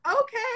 Okay